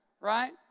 Right